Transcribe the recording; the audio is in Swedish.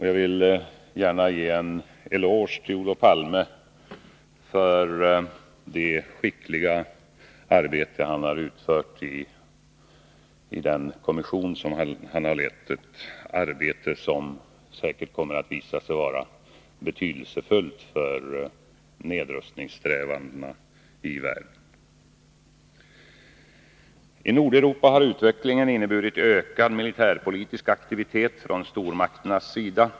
Jag vill gärna ge Olof Palme en eloge för det skickliga arbete som han har utfört i den kommission som han leder, ett arbete som säkert kommer att visa sig vara betydelsefullt för nedrustningen i världen. I Nordeuropa har utvecklingen inneburit ökad militärpolitisk aktivitet från stormakternas sida.